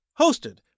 hosted